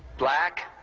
black